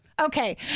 Okay